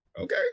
Okay